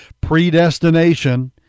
predestination